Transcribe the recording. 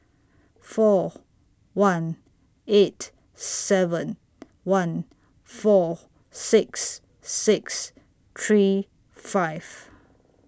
four one eight seven one four six six three five